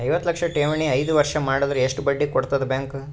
ಐವತ್ತು ಲಕ್ಷ ಠೇವಣಿ ಐದು ವರ್ಷ ಮಾಡಿದರ ಎಷ್ಟ ಬಡ್ಡಿ ಕೊಡತದ ಬ್ಯಾಂಕ್?